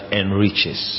enriches